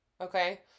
okay